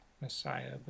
Messiah